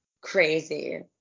crazy